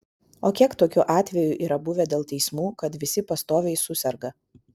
o kiek tokių atvejų yra buvę dėl teismų kad visi pastoviai suserga